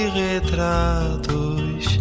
retratos